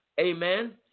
amen